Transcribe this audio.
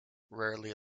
rarely